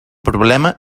problema